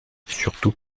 surtout